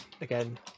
again